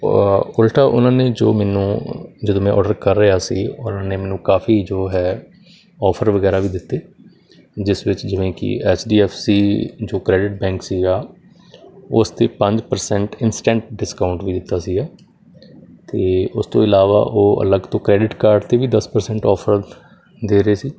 ਉਲਟਾ ਉਹਨਾਂ ਨੇ ਜੋ ਮੈਨੂੰ ਜਦੋਂ ਮੈਂ ਆਰਡਰ ਕਰ ਰਿਹਾ ਸੀ ਉਹਨਾਂ ਨੇ ਮੈਨੂੰ ਕਾਫੀ ਜੋ ਹੈ ਆਫਰ ਵਗੈਰਾ ਵੀ ਦਿੱਤੇ ਜਿਸ ਵਿੱਚ ਜਿਵੇਂ ਕਿ ਐਚ ਡੀ ਐਫ ਸੀ ਜੋ ਕ੍ਰੈਡਿਟ ਬੈਂਕ ਸੀਗਾ ਉਸ 'ਤੇ ਪੰਜ ਪ੍ਰਸੈਂਟ ਇਂਸਟੈਂਟ ਡਿਸਕਾਊਂਟ ਵੀ ਦਿੱਤਾ ਸੀਗਾ ਅਤੇ ਉਸ ਤੋਂ ਇਲਾਵਾ ਉਹ ਅਲੱਗ ਤੋਂ ਕਰੈਡਿਟ ਕਾਰਡ 'ਤੇ ਵੀ ਦਸ ਪ੍ਰਸੈਂਟ ਓਫਰ ਦੇ ਰਹੇ ਸੀ